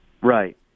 Right